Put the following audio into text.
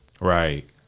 Right